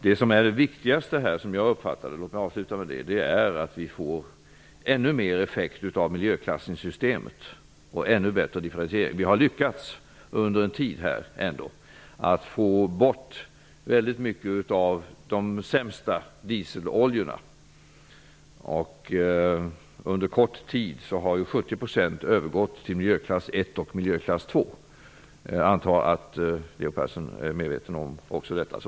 Låt mig avsluta med att säga att det som jag uppfattar som det viktigaste är att få ännu större effekt av miljöklassningssystemet och ännu större differentiering. Under kort tid har vi nu lyckats att få bort mycket av de sämsta dieseloljorna -- 70 % av dem använder olja har gått över till miljöklass 1 och 2. Jag antar att Leo Persson är medveten om också detta.